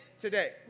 today